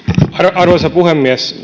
arvoisa puhemies